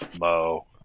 Mo